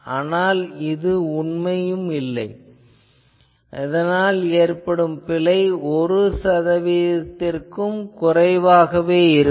ஆனால் இது உண்மையில்லை இதனால் ஏற்படும் பிழை ஒரு சதவீதத்திற்கும் குறைவாகவே இருக்கும்